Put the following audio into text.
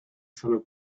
solo